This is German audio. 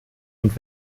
und